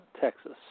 Texas